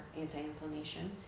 anti-inflammation